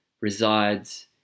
resides